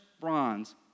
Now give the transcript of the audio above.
bronze